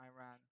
Iran